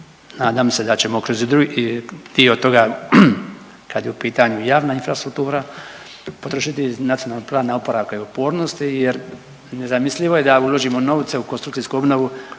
nadam se da ćemo i kroz drugi dio toga kad je u pitanju javna infrastruktura potrošiti znatno iz NPOO-a jer nezamislivo je da uložimo novce u konstrukcijsku obnovu,